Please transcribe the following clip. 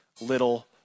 little